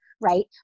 right